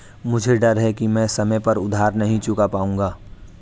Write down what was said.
मुझे डर है कि मैं समय पर उधार नहीं चुका पाऊंगा